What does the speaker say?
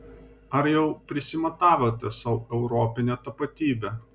ar jau prisimatavome sau europinę tapatybę